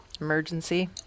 Emergency